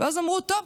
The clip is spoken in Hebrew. ואז אמרו: טוב,